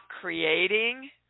creating